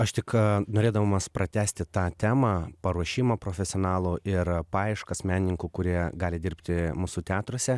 aš tik norėdamas pratęsti tą temą paruošimą profesionalų ir paieškas menininkų kurie gali dirbti mūsų teatruose